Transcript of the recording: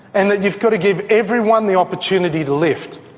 and that you've got to give everyone the opportunity to lift.